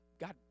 God